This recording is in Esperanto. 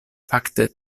fakte